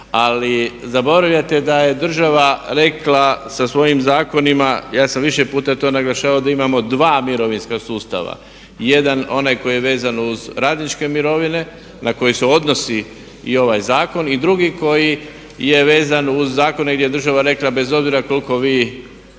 Ali zaboravljate da je država rekla sa svojim zakonima, ja sam više puta to naglašavao da imamo dva mirovinska sustava. Jedan onaj koji je vezan uz radničke mirovine na koje se odnosi i ovaj zakon i drugi koji je vezan uz zakone gdje je država rekla bez obzira koliko vi